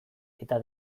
eta